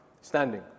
standing